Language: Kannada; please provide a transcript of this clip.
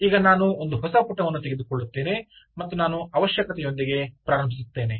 ಈಗ ನಾನು ಒಂದು ಹೊಸ ಪುಟವನ್ನು ತೆಗೆದುಕೊಳ್ಳುತ್ತೇನೆ ಮತ್ತು ನಾನು ಅವಶ್ಯಕತೆಯೊಂದಿಗೆ ಪ್ರಾರಂಭಿಸುತ್ತೇನೆ